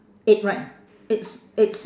eight right eight s~ eight s~